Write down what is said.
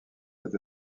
cette